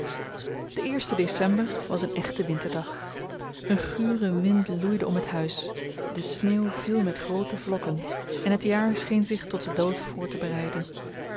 de eerste december was een echte winterdag een gure wind loeide om het huis de sneeuw viel met groote vlokken en het jaar scheen zich tot den dood voor te bereiden